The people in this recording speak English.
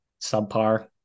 Subpar